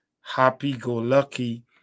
happy-go-lucky